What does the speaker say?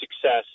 success